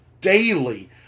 daily